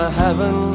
heaven